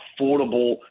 affordable